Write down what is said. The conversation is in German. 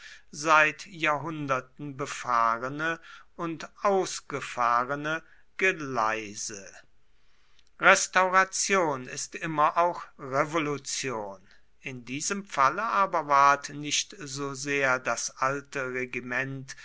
seit jahrhunderten befahrene und ausgefahrene geleise restauration ist immer auch revolution in diesem falle aber ward nicht so sehr das alte regiment